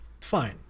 fine